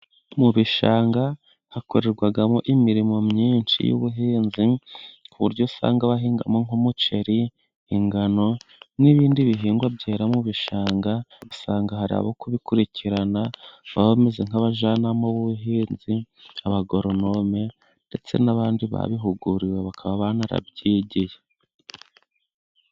Mu bishanga hakorerwamo imirimo myinshi y'ubuhinzi, ku buryo usanga abahingamo nk'umuceri, ingano n'ibindi bihingwa byera mu bishanga, usanga hari abo kubikurikirana baba bameze nk'abajyanama b'ubuhinzi, abagoronome ndetse n'abandi babihuguriwe bakaba barabyegiye.